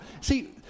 See